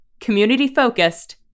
community-focused